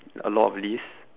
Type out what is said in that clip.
a lot of leaves